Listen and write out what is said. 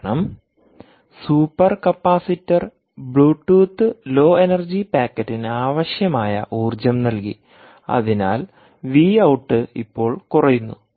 കാരണം super capacitor Bluetooth low energy പാക്കറ്റിന് ആവശ്യമായ ഊർജ്ജം നൽകി അതിനാൽ വി ഔട്ട് ഇപ്പോൾ കുറയുന്നു